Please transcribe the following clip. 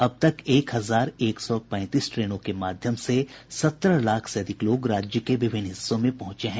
अब तक एक हजार एक सौ पैंतीस ट्रेनों के माध्यम से सत्रह लाख से अधिक लोग राज्य के विभिन्न हिस्सों में पहुंचे हैं